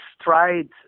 tried